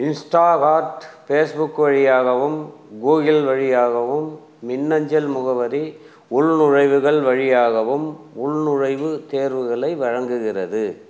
Instacart Facebook வழியாகவும் Google வழியாகவும் மின்னஞ்சல் முகவரி உள்நுழைவுகள் வழியாகவும் உள்நுழைவுத் தேர்வுகளை வழங்குகிறது